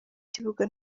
kibuga